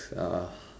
uh